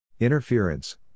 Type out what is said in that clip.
Interference